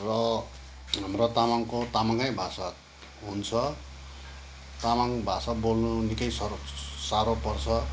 र हाम्रो तामाङको तामाङै भाषा हुन्छ तमाङ भाषा बोल्नु निकै साह्रो साह्रो पर्छ